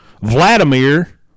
vladimir